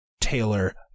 Taylor